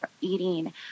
eating